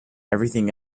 everything